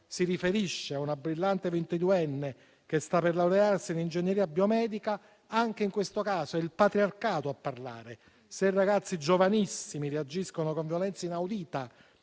si riferisce a una brillante ventiduenne che sta per laurearsi in ingegneria biomedica, anche in questo caso è il patriarcato a parlare. Se ragazzi giovanissimi reagiscono con violenza inaudita